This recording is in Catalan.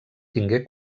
tingué